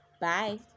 Bye